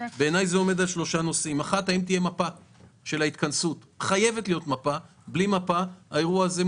בעיני זה עומד על שלושה נושאים: חייבת להיות מפה של ההתכנסות,